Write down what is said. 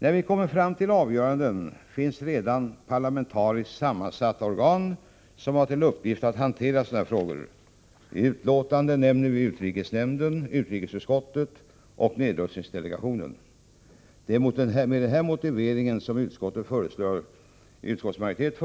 När vi kommer fram till avgöranden finns redan parlamentariskt sammansatta organ som har till uppgift att hantera frågor av detta slag. I betänkandet nämner vi utrikesnämnden, utrikesutskottet och nedrustningsdelegationen. Med denna motivering föreslår utskottets majoritet